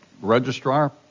registrar